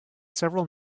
several